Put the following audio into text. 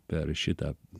per šitą